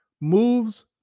moves